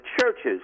churches